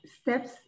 steps